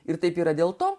ir taip yra dėl to